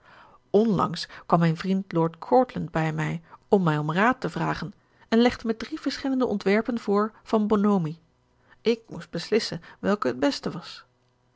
onlangs kwam mijn vriend lord courtland bij mij om mij om raad te vragen en legde me drie verschillende ontwerpen voor van bonomi ik moest beslissen welk het beste was